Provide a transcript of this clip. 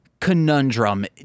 conundrum